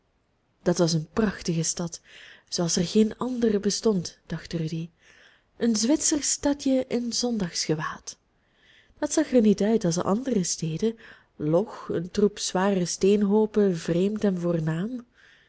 dat was een prachtige stad zooals er geen andere bestond dacht rudy een zwitsersch stadje in zondagsgewaad dat zag er niet uit als de andere steden log een troep zware steenhoopen vreemd en voornaam